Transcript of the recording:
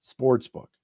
sportsbook